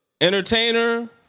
Entertainer